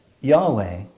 Yahweh